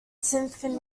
symphony